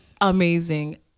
amazing